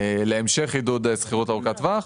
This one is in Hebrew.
להמשך עידוד שכירות ארוכת טווח,